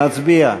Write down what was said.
נצביע.